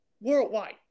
worldwide